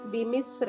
Bimis